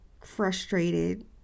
frustrated